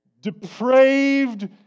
depraved